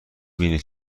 بینی